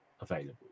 available